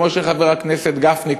כמו שחבר הכנסת גפני,